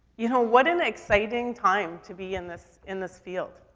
you know, what an exciting time to be in this, in this field.